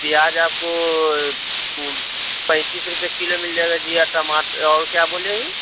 پیاز آپ کو پینتس روپے کلو مِل جائے گا جی اور اور کیا بولے